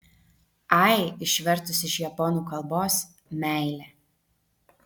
ai išvertus iš japonų kalbos meilė